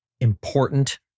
important